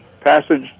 Passage